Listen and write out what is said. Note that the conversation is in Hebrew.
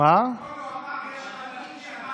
ממש קצר.